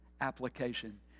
application